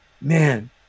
man